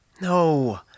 No